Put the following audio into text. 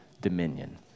dominion